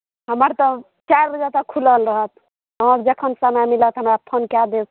हमर तऽ चारि बजे तक खुलल रहत अहाँकेँ जखन समय मिलत हमरा फोन कए देब